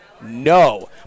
No